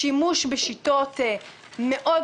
יש גם שימוש בשיטות קיצוניות מאוד,